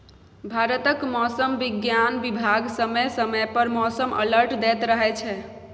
भारतक मौसम बिज्ञान बिभाग समय समय पर मौसम अलर्ट दैत रहै छै